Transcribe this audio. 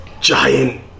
giant